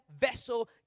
vessel